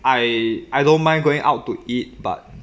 I I don't mind going out to eat but